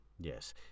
Yes